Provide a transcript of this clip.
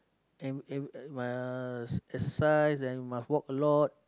and and must exercise and must walk a lot